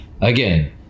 again